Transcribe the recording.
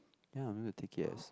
ya I'm gonna take it as